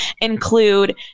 include